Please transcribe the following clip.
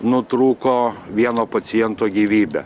nutrūko vieno paciento gyvybė